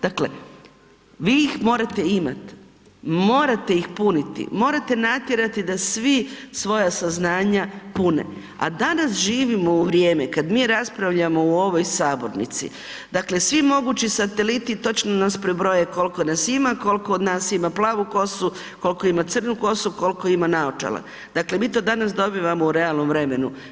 Dakle, vi ih morate imati, morate ih puniti, morate natjerati da svi svoja saznanja pune, a danas živimo u vrijeme kada mi raspravljamo u ovoj sabornici, dakle svi mogući sateliti točno nas prebroje koliko nas ima, koliko od nas ima plavu kosu, koliko ima crnu kosu, koliko ima naočale, dakle mi to danas dobivamo u realnom vremenu.